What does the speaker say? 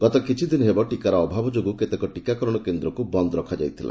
ଗତ କିଛିଦିନ ହେବ ଟିକାର ଅଭାବ ଯୋଗୁଁ କେତେକ ଟିକାକରଣ କେନ୍ଦ୍ରକୁ ବନ୍ଦ ରଖାଯାଇଥିଲା